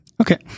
Okay